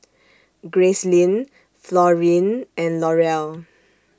Gracelyn Florene and Laurel